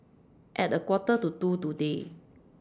At A Quarter to two today